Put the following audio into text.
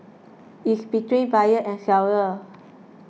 is between buyer and seller